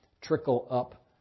trickle-up